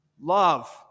love